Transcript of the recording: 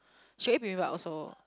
she eat bibimbap also